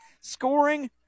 Scoring